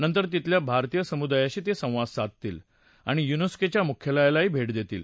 नंतर तिथल्या भारतीय समुदायाशी ते संवाद साधतील आणि युनेस्को च्या मुख्यालयाला भेट देतील